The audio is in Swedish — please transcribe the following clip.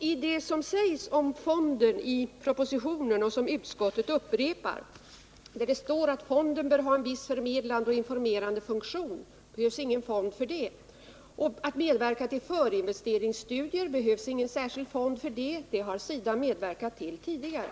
I propositionen sägs, vilket utskottet upprepar, att fonden bör ha en viss förmedlande och informerande funktion. Det behövs ingen fond för detta. Inte heller behövs någon särskild fond för att medverka till förinvesteringsstudier. Det har SIDA medverkat till tidigare.